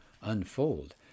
unfold